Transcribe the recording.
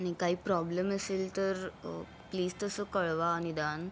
आणि काही प्रॉब्लेम असेल तर प्लीज तसं कळवा निदान